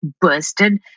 Bursted